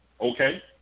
Okay